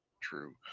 true